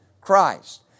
Christ